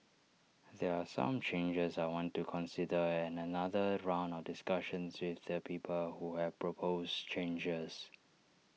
there are some changes I want to consider and another round of discussions with the people who have proposed changes